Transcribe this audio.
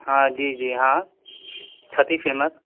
हँ जी जी हँ